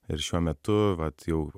ir šiuo metu vat jau